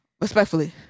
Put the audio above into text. Respectfully